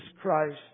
Christ